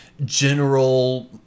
general